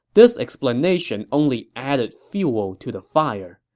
this explanation only added fuel to the fire.